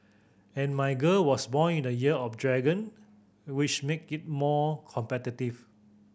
and my girl was born in the Year of the Dragon which make it given more competitive